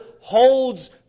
holds